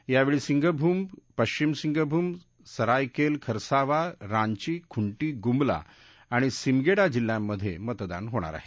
यावेळी पूर्व सिंगभूम पश्विम सिंगभूम सरायकेला खरसावा रांची खुंटी गुमला आणि सिमगेडा जिल्ह्यांमध्ये मतदान होणार आहे